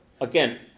again